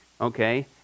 Okay